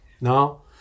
no